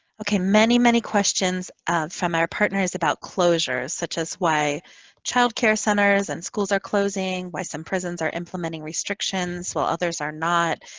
okay. many, many questions from our partners about closures such as why child-care centers and schools are closing, why some prisons are implementing restrictions while others are not.